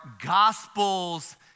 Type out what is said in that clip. gospels